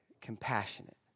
compassionate